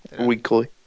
weekly